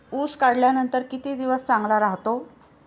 ऊस काढल्यानंतर किती दिवस चांगला राहतो?